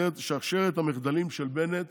שרשרת המחדלים של בנט